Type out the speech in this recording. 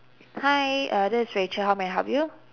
hi uh this is rachel how may I help you